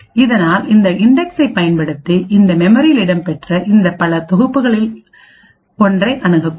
இதனால்இந்தஇன்டெக்ஸ்ஐ பயன்படுத்தி இந்த மெமரியில் இடம்பெற்ற இந்த பல தொகுப்புகளில் ஒன்றை அணுகக்கூடும்